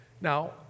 Now